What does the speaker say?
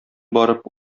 барып